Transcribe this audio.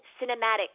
cinematic